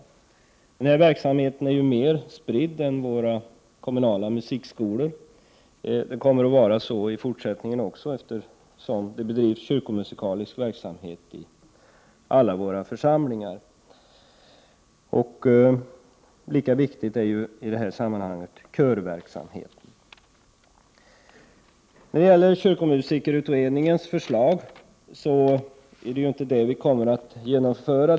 Denna verksamhet är mer spridd än den som förekommer vid våra kommunala musikskolor, och den kommer även fortsättningsvis att vara det, eftersom det bedrivs kyrkomusikalisk verksamhet i alla våra församlingar. Lika viktig i det här sammanhanget är körverksamheten. När det sedan gäller kyrkomusikerutredningens förslag är det ju inte detta vi kommer att genomföra.